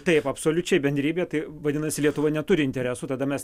taip absoliučiai bendrybė tai vadinasi lietuva neturi interesų tada mes